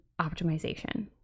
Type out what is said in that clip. optimization